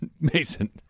Mason